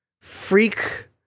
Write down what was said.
freak